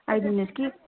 आइदिनुहोस् कि